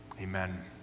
Amen